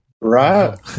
Right